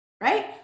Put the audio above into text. Right